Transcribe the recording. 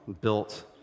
built